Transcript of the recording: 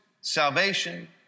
salvation